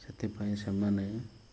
ସେଥିପାଇଁ ସେମାନେ